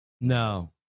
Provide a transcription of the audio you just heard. No